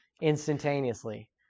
instantaneously